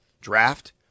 Draft